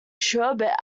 sherbet